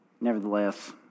Nevertheless